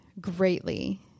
greatly